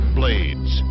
blades